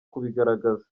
kubigaragaza